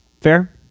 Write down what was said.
Fair